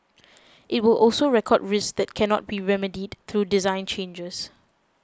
it will also record risks that cannot be remedied through design changes